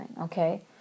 okay